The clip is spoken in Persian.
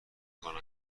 کنم